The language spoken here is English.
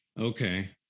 Okay